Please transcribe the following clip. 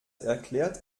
erklärt